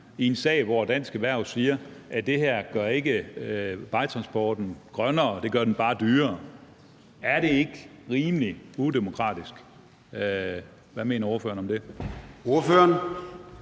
selv om Dansk Erhverv siger, at det her ikke gør vejtransporten grønnere, men bare dyrere? Er det ikke rimelig udemokratisk? Hvad mener ordføreren om det?